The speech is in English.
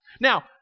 Now